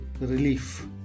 relief